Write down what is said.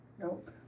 Nope